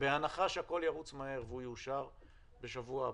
בהנחה שהכול ירוץ מהר והוא יאושר בשבוע הבא,